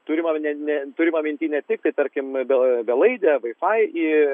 turima ne ne turima minty ne tik tai tarkim belaidę wifi